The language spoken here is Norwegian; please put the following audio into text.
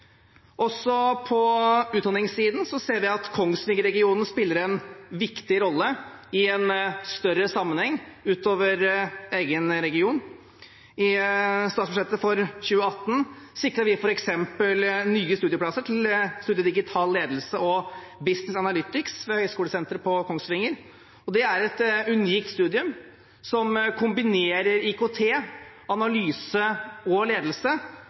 Også på utdanningssiden ser vi at Kongsvinger-regionen spiller en viktig rolle i en større sammenheng – utover egen region. I statsbudsjettet for 2018 sikret vi f.eks. nye studieplasser til studiet Digital Ledelse og Business Analytics ved Høgskolesenteret i Kongsvinger. Det er et unikt studium som kombinerer IKT, analyse og ledelse